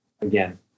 again